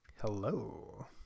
hello